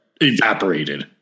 evaporated